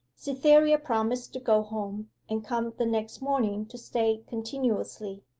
cytherea promised to go home, and come the next morning to stay continuously.